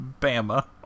Bama